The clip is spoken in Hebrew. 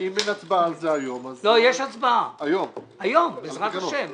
יש הצבעה היום בעזרת השם.